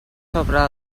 sobre